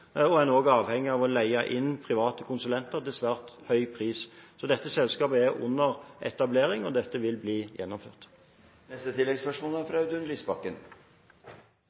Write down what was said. En er også avhengig av å leie inne private konsulenter til svært høy pris. Så dette selskapet er under etablering, og dette vil bli gjennomført.